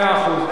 מאה אחוז.